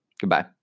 Goodbye